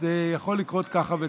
אז יכול לקרות ככה וככה.